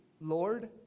Lord